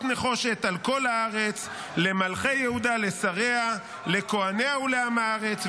נחשת על כל הארץ למלכי יהודה לשריה לכהניה ולעם הארץ.